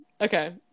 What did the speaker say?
Okay